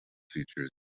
feature